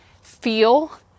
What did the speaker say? feel